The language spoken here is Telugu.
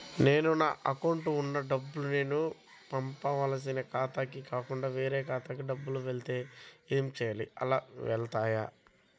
నేను నా అకౌంట్లో వున్న డబ్బులు నేను పంపవలసిన ఖాతాకి కాకుండా వేరే ఖాతాకు డబ్బులు వెళ్తే ఏంచేయాలి? అలా వెళ్తాయా?